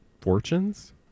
fortunes